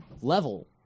level